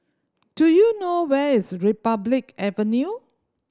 do you know where is Republic Avenue